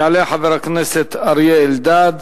יעלה חבר הכנסת אריה אלדד,